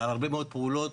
ועל הרבה מאוד פעולות